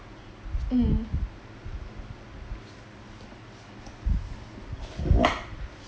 mm